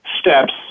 steps